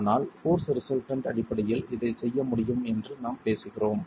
ஆனால் force resultant அடிப்படையில் இதைச் செய்ய முடியும் என்று நாம் பேசுகிறோம்